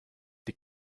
die